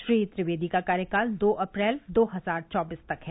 श्री त्रिवेदी का कार्यकाल दो अप्रैल दो हजार चौबीस तक है